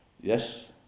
Yes